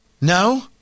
No